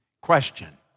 Question